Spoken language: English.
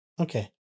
okay